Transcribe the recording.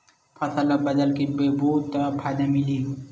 फसल ल बदल के बोबो त फ़ायदा मिलही?